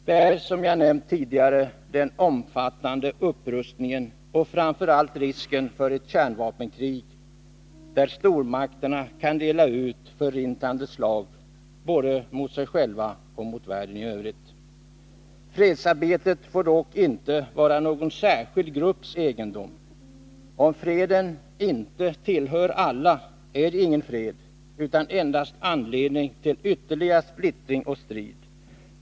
Den är, som jag nämnt tidigare, den omfattande upprustningen och framför allt risken för ett kärnvapenkrig, där stormakterna kan dela ut förintande slag mot sig själva och mot världen i övrigt. Fredsarbetet får dock inte vara någon särskild grupps egendom. Om freden inte tillhör alla är det ingen fred, utan endast anledning till ytterligare splittring och strid.